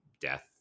death